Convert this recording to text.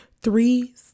three